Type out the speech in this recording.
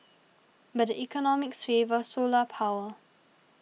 but the economics favour solar power